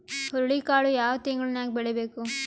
ಹುರುಳಿಕಾಳು ಯಾವ ತಿಂಗಳು ನ್ಯಾಗ್ ಬೆಳಿಬೇಕು?